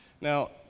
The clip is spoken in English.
Now